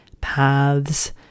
paths